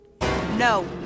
No